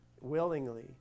willingly